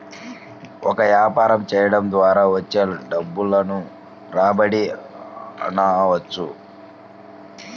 ఒక వ్యాపారం చేయడం ద్వారా వచ్చే డబ్బును రాబడి అనవచ్చు